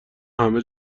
همه